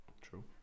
True